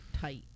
tight